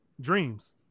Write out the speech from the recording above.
Dreams